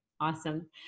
Awesome